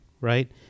right